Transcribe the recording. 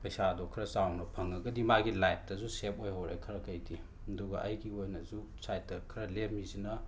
ꯄꯩꯁꯥꯗꯣ ꯈꯔ ꯆꯥꯎꯅ ꯐꯪꯉꯒꯗꯤ ꯃꯥꯒꯤ ꯂꯥꯏꯞꯇꯖꯨ ꯁꯦꯕ ꯑꯣꯏꯍꯧꯔꯦ ꯈꯔ ꯈꯩꯗꯤ ꯑꯗꯨꯒ ꯑꯩꯒꯤ ꯑꯣꯏꯅꯖꯨ ꯁꯥꯏꯠꯇ ꯈꯔ ꯂꯦꯃꯤꯖꯤꯅ